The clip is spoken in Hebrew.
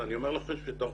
אבל אני אומר לכם שבתוך